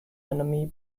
enemy